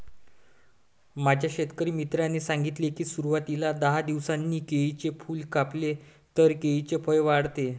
माझ्या शेतकरी मित्राने सांगितले की, सुरवातीला दहा दिवसांनी केळीचे फूल कापले तर केळीचे फळ वाढते